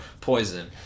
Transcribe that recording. poison